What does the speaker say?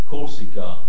Corsica